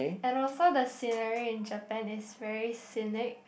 and also the scenery in Japan is very scenic